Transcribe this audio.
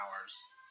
hours